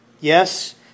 Yes